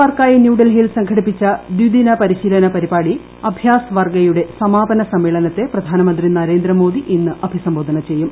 മാർക്കായി ന്യൂഡൽഹിയിൽ സംഘടിപ്പിച്ച ദ്വിദിന പരി ശീലന പരിപാടി അഭ്യാസ് വർഗ്ഗയുടെ സമാപന സമ്മേളനത്തെ പ്രധാന മന്ത്രി നരേന്ദ്രമോദി ഇന്ന് അഭിസംബോധന ചെയ്യും